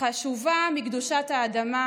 חשובה מקדושת האדמה,